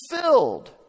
filled